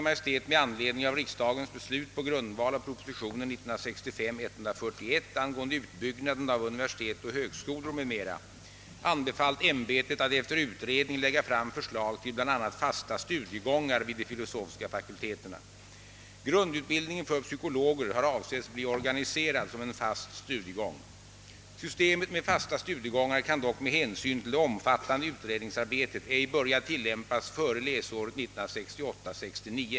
Maj:t, med anledning av riksdagens beslut på grundval av prop. 1965:141 angående utbyggnaden av universitet och högskolor m.m., anbefallt ämbetet att efter utredning lägga fram förslag till bl.a. fasta studiegångar vid de filosofiska fakulteterna. Grundutbildningen för psykologer har avsetts bli organiserad som en fast studiegång. Systemet med fasta studiegångar kan dock med hänsyn till det omfattande utredningsarbetet ej börja tillämpas före läsåret 1968/69.